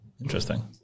interesting